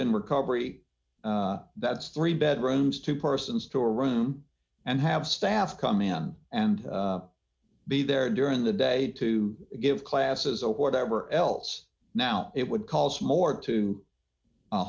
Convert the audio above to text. in recovery that's three bedrooms two persons to a room and have staff come in and be there during the day to give classes or whatever else now it would cost more to